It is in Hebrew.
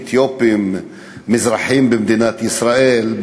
אתיופים ומזרחים במדינת ישראל,